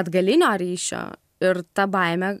atgalinio ryšio ir ta baimė